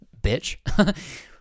bitch